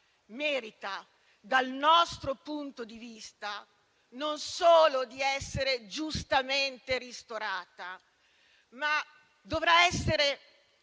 pandemica, dal nostro punto di vista non solo merita di essere giustamente ristorata, ma dovrà essere